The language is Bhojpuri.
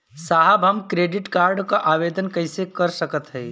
साहब हम क्रेडिट कार्ड क आवेदन कइसे कर सकत हई?